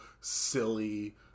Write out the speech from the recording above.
silly